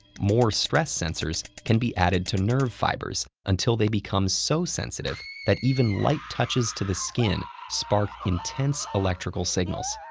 more stress sensors can be added to nerve fibers until they become so sensitive that even light touches to the skin spark intense electrical signals.